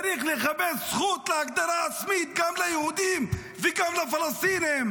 צריך לכבד את הזכות להגדרה עצמית גם ליהודים וגם לפלסטינים,